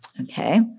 Okay